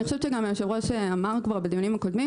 אני חושבת שהיושב-ראש אמר בדיונים קודמים,